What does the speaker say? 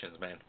man